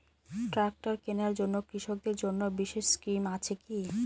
Tractor কেনার জন্য কৃষকদের জন্য বিশেষ স্কিম আছে কি?